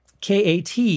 Kat